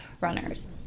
runners